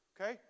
okay